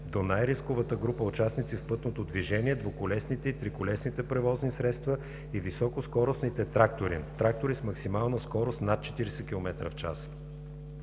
до най-рисковата група участници в пътното движение – двуколесните и триколесните превозни средства и високоскоростните трактори – трактори с максимална скорост над 40 км/ч.